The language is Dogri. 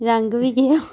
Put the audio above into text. रंग बी केह्